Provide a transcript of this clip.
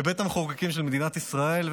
בבית המחוקקים של מדינת ישראל,